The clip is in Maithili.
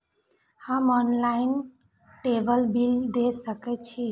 हम ऑनलाईनटेबल बील दे सके छी?